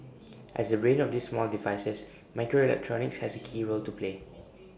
as the brain of these small devices microelectronics has A key role to play